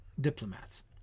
diplomats